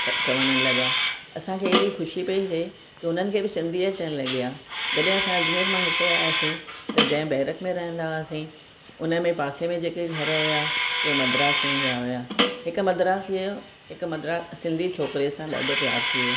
चवणु लॻा असांखे हेॾी ख़ुशी पई थिए की उन्हनि खे बि सिंधी अचणु लॻी आहे जॾहिं असां अजमेर मां हिते आयासीं त जंहिं बैरक में रहंदा हुआसीं उन में पासे में जेके घर हुआ उहे मद्रासीनि जा हुआ हिक मद्रासीअ जो हिक सिंधी छोकिरे सां ॾाढो प्यारु थी वियो